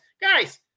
guys